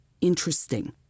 interesting